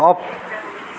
up